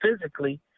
physically